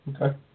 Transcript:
Okay